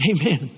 Amen